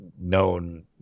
known